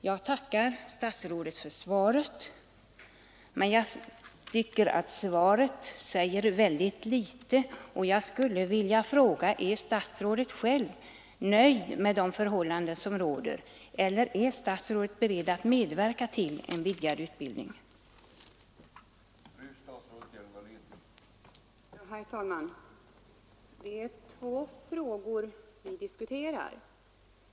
Jag tackar statsrådet för svaret, men jag tycker att det sade väldigt litet, och jag skulle därför vilja fråga: Är statsrådet själv nöjd med de förhållanden som råder, eller är statsrådet beredd att medverka till en ökad vidareutbildning för sjuksköterskor.